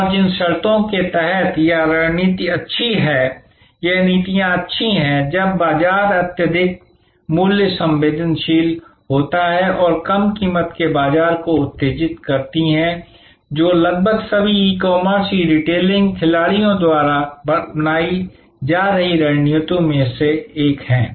और जिन शर्तों के तहत यह रणनीति अच्छी है यह नीतियां अच्छी हैं जब बाजार अत्यधिक मूल्य संवेदनशील होता है और कम कीमत बाजार के विकास को उत्तेजित करती है जो लगभग सभी ई कॉमर्स ई रिटेलिंग खिलाड़ियों द्वारा अपनाई जा रही रणनीतियों में से एक है